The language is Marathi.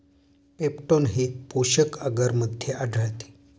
पेप्टोन हे पोषक आगरमध्ये आढळते